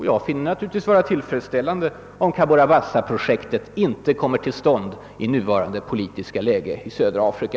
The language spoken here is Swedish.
Jag vore glad om Cabora Bassa-projektet inte kommer till stånd i nuvarande politiska läge i södra Afrika.